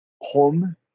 Home